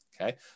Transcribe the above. Okay